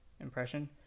impression